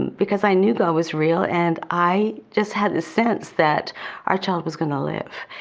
because i knew that was real and i just had a sense that our child was gonna live.